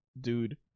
dude